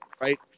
right